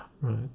Right